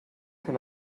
can